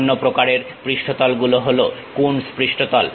অন্য প্রকারের পৃষ্ঠতল গুলো হলো কুনস পৃষ্ঠতল